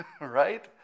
right